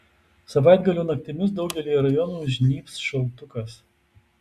savaitgalio naktimis daugelyje rajonų žnybs šaltukas